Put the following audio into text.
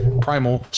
primal